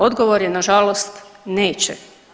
Odgovor je nažalost, neće.